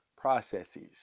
processes